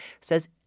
says